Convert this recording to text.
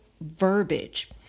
verbiage